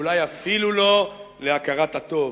ואולי אפילו לא להכרת הטוב.